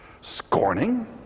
Scorning